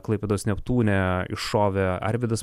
klaipėdos neptūne iššovė arvydas